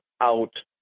out